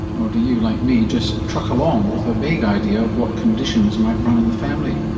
or do you, like me, just truck along with a vague idea of what conditions might run in the family?